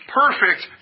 perfect